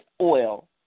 oil